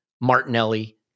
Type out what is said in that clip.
Martinelli